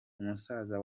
umusaza